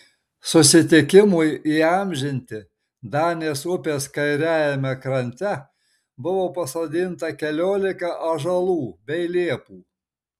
susitikimui įamžinti danės upės kairiajame krante buvo pasodinta keliolika ąžuolų bei liepų